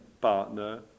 partner